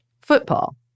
football